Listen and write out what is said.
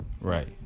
Right